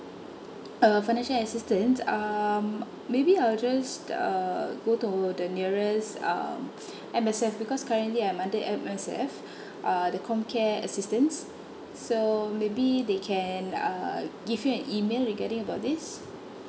uh financial assistance um maybe I'll just uh go to the nearest um M_S_F because currently I'm under M_S_F uh the com care assistance so maybe they can uh give you an email regarding about this